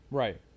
right